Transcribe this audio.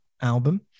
album